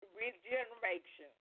regeneration